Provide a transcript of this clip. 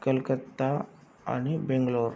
कलकत्ता आणि बेंगलोर